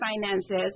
finances